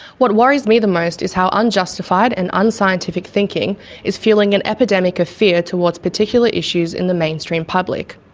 what worries me the most is how unjustified and unscientific thinking is fuelling an epidemic of fear towards particular issues in the mainstream public.